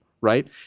right